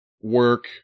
work